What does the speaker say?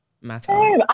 matter